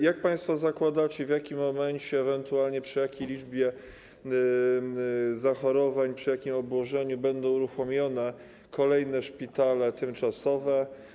Jak państwo zakładacie, w jakim momencie, ewentualnie przy jakiej liczbie zachorowań, przy jakim obłożeniu będą uruchomione kolejne szpitale tymczasowe?